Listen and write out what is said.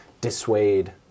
dissuade